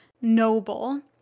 noble